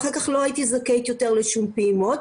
ואחר כך לא הייתי זכאית יותר לשום פעימות.